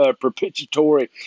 propitiatory